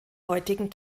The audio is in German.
heutigen